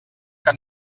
que